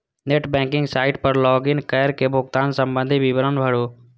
net banking site पर log in कैर के भुगतान संबंधी विवरण भरू